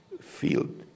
field